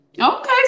Okay